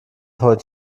heute